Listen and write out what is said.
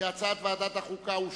הצעת ועדת החוקה,